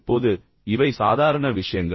இப்போது இவை சாதாரண விஷயங்கள்